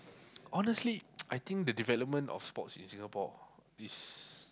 honestly I think the development of sports in Singapore is